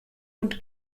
und